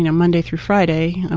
you know monday through friday, and